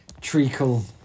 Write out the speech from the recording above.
Treacle